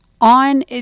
on